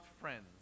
friends